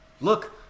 Look